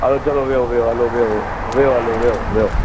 अच्छा चढ़ो वियो वियो हलो वियो वियो हलो वियो वियो